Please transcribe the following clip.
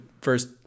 first